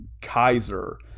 Kaiser